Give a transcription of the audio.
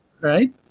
Right